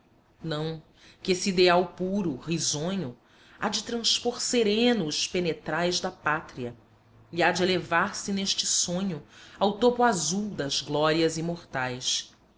não que esse ideal puro risonho há de transpor sereno os penetrais da pátria e há de elevar-se neste sonho ao topo azul das glórias imortais